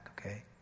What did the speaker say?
okay